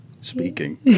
speaking